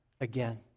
again